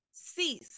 cease